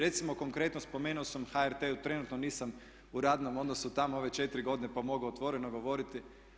Recimo konkretno spomenuo sam HRT, jer trenutno nisam u radnom odnosu tamo ove četiri godine, pa mogu otvoreno govoriti.